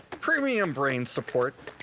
premium brain support!